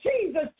Jesus